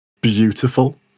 beautiful